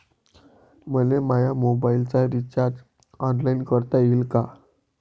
मले माया मोबाईलचा रिचार्ज ऑनलाईन करता येईन का?